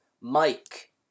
Mike